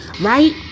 Right